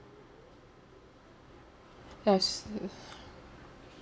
ya I've seen